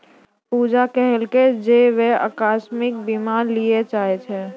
पूजा कहलकै जे वैं अकास्मिक बीमा लिये चाहै छै